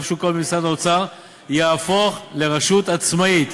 שוק ההון במשרד האוצר יהפוך לרשות עצמאית.